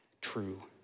true